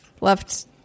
left